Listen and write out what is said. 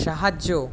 সাহায্য